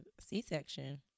c-section